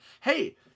Hey